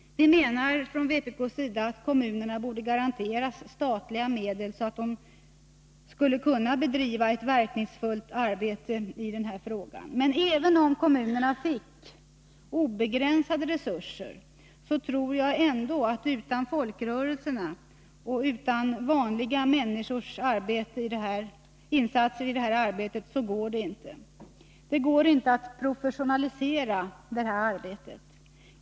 Vpk anser att kommunerna borde garanteras statliga medel, så att de kan bedriva ett verkningsfullt arbete i denna fråga. Men även om kommunerna fick obegränsade resurser så tror jag ändå att utan folkrörelsernas och utan de vanliga människornas insatser i detta arbete så går det inte. Det går inte att professionalisera detta arbete.